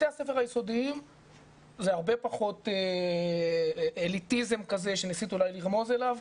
בתי הספר היסודיים זה הרבה פחות אליטיזם כזה שניסית אולי לרמוז אליו,